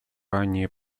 ранее